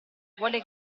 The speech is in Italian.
vuole